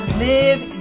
live